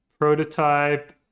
prototype